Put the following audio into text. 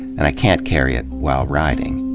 and i can't carry it while riding.